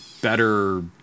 better